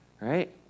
Right